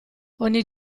ogni